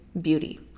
beauty